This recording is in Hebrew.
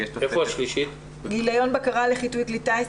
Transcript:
התוספת השלישית היא גיליון בקרה לחיטוי כלי טיס,